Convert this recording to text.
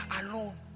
alone